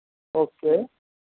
okay